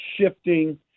shifting